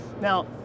Now